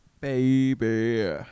baby